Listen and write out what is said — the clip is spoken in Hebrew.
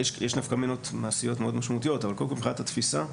יש נפקא מינות מעשיות מאוד משמעויות אבל קודם כל מבחינת התפיסה,